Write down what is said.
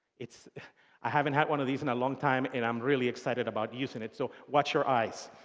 it's i haven't had one of these in a long time, and i'm really excited about using it, so watch your eyes.